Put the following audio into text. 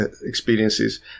experiences